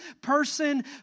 person